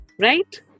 right